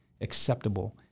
acceptable